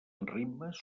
ritmes